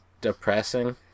Depressing